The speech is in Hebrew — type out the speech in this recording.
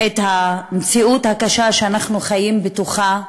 את המציאות הקשה שאנחנו חיים בתוכה,